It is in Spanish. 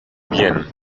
bien